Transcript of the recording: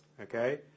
okay